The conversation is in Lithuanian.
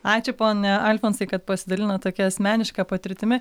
ačiū pone alfonsai kad pasidalinot tokia asmeniška patirtimi